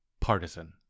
partisan